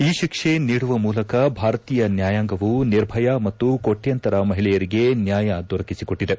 ಈ ಶಿಕ್ಷೆ ನೀಡುವ ಮೂಲಕ ಭಾರತೀಯ ನ್ಯಾಯಾಂಗವು ನಿರ್ಭಯಾ ಮತ್ತು ಕೋಟ್ಟಂತರ ಮಹಿಳೆಯರಿಗೆ ನ್ಯಾಯ ದೊರಕಿಸಿಕೊಟ್ಟಿದೆ